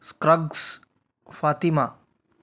స్క్రగ్స్ Fatima